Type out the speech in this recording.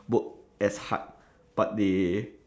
work as hard but they